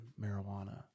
marijuana